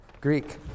Greek